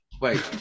Wait